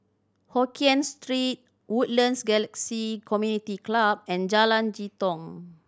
Hokien Street Woodlands Galaxy Community Club and Jalan Jitong